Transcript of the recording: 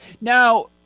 Now